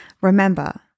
remember